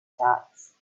thoughts